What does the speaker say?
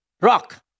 rock